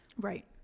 Right